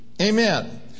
Amen